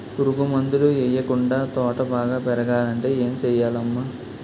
పురుగు మందులు యెయ్యకుండా తోట బాగా పెరగాలంటే ఏ సెయ్యాలమ్మా